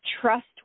trust